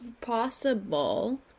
possible